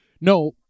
No